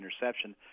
interception